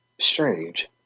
strange